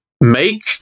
make